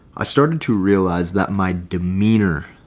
i started to realize that my demeanor,